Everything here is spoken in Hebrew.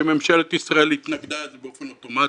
שממשלת ישראל התנגדה באופן אוטומטי,